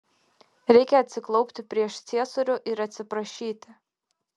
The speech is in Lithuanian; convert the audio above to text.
reikia atsiklaupti prieš ciesorių ir atsiprašyti